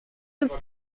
ist